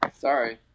Sorry